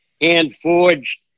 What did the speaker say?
hand-forged